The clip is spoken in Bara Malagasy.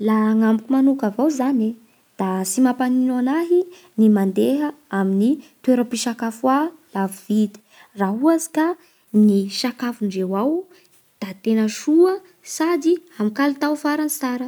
Laha agnamiko manoka avao zany da tsy mampanino anahy ny mandeha amin'ny toeram-pisakafoa lafo vidy raha ohatsy ka ny sakafondreo ao da tena soa sady amin'ny kalitao farany tsara.